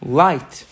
light